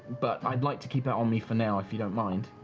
but i'd like to keep it on me for now, if you don't mind.